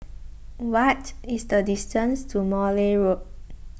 what is the distance to Morley Road